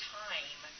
time